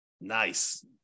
Nice